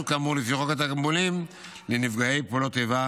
כאמור לפי חוק התגמולים לנפגעי פעולות איבה,